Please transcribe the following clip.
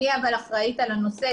אני אחראית על הנושא,